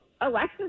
Alexis